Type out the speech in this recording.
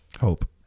Hope